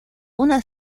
una